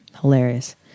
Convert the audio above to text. Hilarious